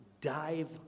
dive